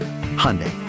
Hyundai